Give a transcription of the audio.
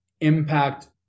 impact